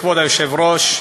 כבוד היושב-ראש,